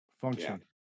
function